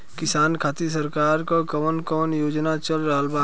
किसान खातिर सरकार क कवन कवन योजना चल रहल बा?